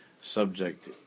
subject